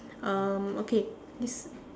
um okay this